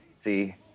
See